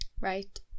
Right